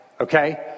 okay